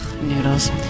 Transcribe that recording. Noodles